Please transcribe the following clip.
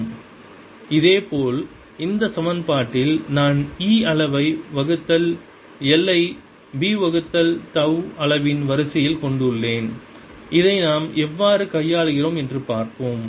B00E∂t1c2E∂tE B∂t |B|l1c2|E||E|l|B| இதேபோல் மற்ற சமன்பாட்டில் நான் E அளவை வகுத்தல் l ஐ B வகுத்தல் தவ் அளவின் வரிசையில் கொண்டுள்ளேன் இதை நாம் எவ்வாறு கையாளுகிறோம் என்று பார்ப்போம்